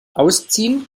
ausziehen